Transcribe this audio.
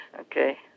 okay